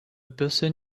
person